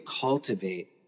cultivate